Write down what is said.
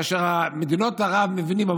כאשר מדינות ערב מבינות,